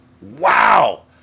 Wow